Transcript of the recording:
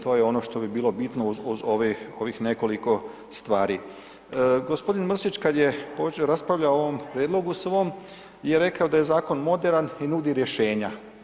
To je ono što bi bilo bitno uz ovih nekoliko stvari. g. Mrsić kad je počeo, raspravljao o ovom prijedlogu svom je rekao da je zakon moderan i nudi rješenja.